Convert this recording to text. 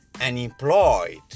unemployed